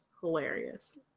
Hilarious